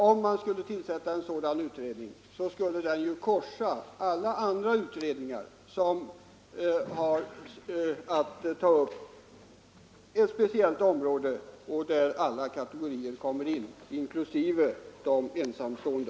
Om man skulle tillsätta en sådan utredning skulle den ju korsa alla andra utredningar som har att ta upp ett speciellt område där alla kategorier kommer in, inklusive de ensamstående.